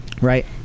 Right